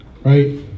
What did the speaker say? right